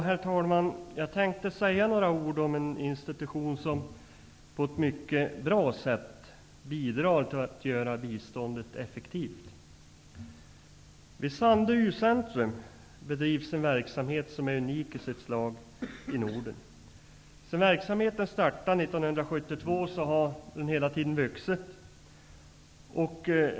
Herr talman! Jag tänkte säga några ord om en institution som på ett mycket bra sätt bidrar till att göra biståndet effektivt. Vid Sandö U-centrum bedrivs en verksamhet som är unik i sitt slag i Norden. Sedan verksamheten startade år 1972 har den hela tiden vuxit.